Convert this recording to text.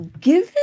given –